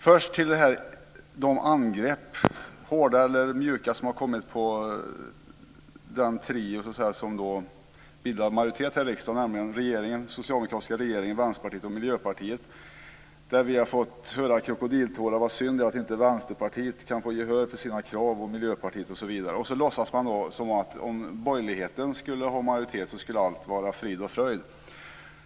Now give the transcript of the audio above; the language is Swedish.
Först vill jag ta upp de angrepp, hårda eller mjuka, som har riktats mot den trio som bildar majoritet här i riksdagen, nämligen den socialdemokratiska regeringen, Vänsterpartiet och Miljöpartiet. Vi har fått höra krokodiltårar: Vad synd det är att inte Vänsterpartiet och Miljöpartiet kan få gehör för sin krav. Så låtsas man som om allt skulle vara frid och fröjd om borgerligheten hade majoritet.